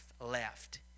left